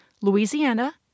Louisiana